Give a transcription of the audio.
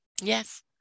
Yes